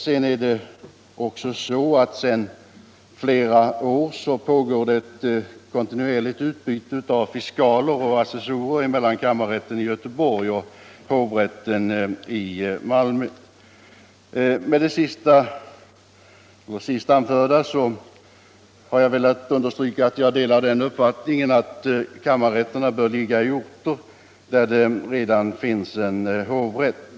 Sedan flera år pågår också ett kontinuerligt utbyte av fiskaler och assessorer mellan kammarrätten i Göteborg och hovrätten i Malmö. Med det senast anförda har jag velat understryka min uppfattning att kammarrätterna bör ligga i orter där det redan finns en hovrätt.